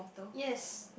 yes